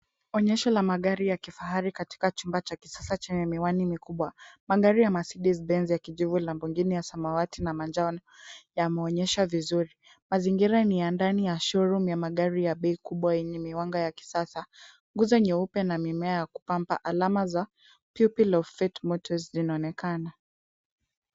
Onyesho la magari ya kifahari iko katika chumba cha kisasa chenye miwani mikubwa. Magari ya Mercedes Benz yakijivu na mengine ya samawati na manjano yameonyeshwa vizuri. Mazingira ni ya ndani ya showroom ya magari ya bei kubwa yenye miwanga ya kisasa. Nguzo nyeupe na mimea ya kupamba alama za pupil of fate motors zinaonekana.